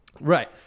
Right